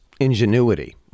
ingenuity